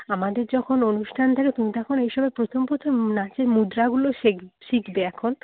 আমাদের যখন অনুষ্ঠান থাকে তুমি তো এখন এই সবে প্রথম প্রথম নাচের মুদ্রাগুলো শেক শিখবে এখন